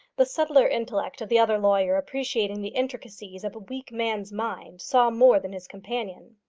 the subtler intellect of the other lawyer appreciating the intricacies of a weak man's mind saw more than his companion.